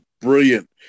brilliant